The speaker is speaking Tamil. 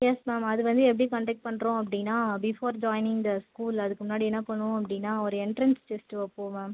எஸ் மேம் அது வந்து எப்படி கண்டெக்ட் பண்ணுறோம் அப்படின்னா பிஃபோர் ஜாய்னிங் த ஸ்கூல் அதுக்கு முன்னாடி என்ன பண்ணுவோம் அப்படின்னா ஒரு எண்ட்ரன்ஸ் டெஸ்ட்டு வைப்போம் மேம்